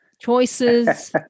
choices